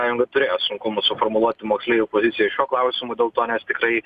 sąjunga turėjo sunkumų suformuluoti moksleivių poziciją šiuo klausimu dėl to nes tikrai